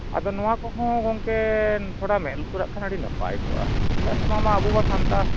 ᱟᱫᱚ ᱱᱚᱣᱟ ᱠᱚᱦᱚᱸ ᱜᱚᱝᱠᱮ ᱛᱷᱚᱲᱟ ᱢᱮᱸᱫ ᱞᱩᱛᱩᱨᱟᱜ ᱠᱷᱟᱱ ᱟᱹᱰᱤ ᱱᱟᱯᱟᱭ ᱠᱚᱜᱼᱟ ᱪᱮᱫᱟᱜ ᱥᱮ ᱵᱟᱝᱢᱟ ᱟᱵᱚ ᱢᱟ ᱥᱟᱱᱛᱟᱲ